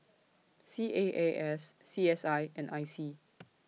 C A A S C S I and I C